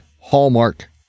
hallmark